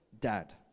dad